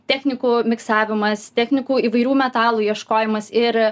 technikų miksavimas technikų įvairių metalų ieškojimas ir